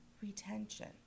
retention